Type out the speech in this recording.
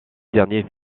dernier